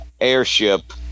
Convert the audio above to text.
airship